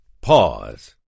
pause